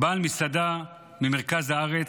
בעל מסעדה ממרכז הארץ,